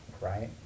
right